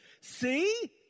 see